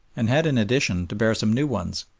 and had, in addition, to bear some new ones.